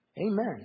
Amen